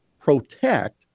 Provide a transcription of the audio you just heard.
protect